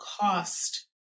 cost